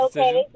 Okay